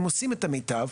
הם עושים את המיטב,